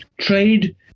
trade